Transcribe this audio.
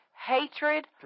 Hatred